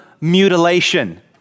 mutilation